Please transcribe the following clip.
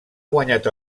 guanyat